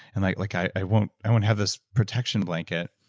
and like like i won't i won't have this protection blanket?